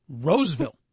Roseville